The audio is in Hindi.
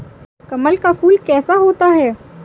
कमल का फूल कैसा होता है?